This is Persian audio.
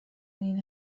این